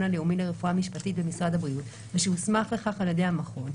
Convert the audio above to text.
הלאומי לרפואה משפטית במשרד הבריאות והוסמך לכך על ידי המכון,